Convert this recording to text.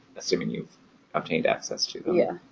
assuming you've obtained access to but yeah